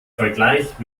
vergleich